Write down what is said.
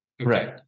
Right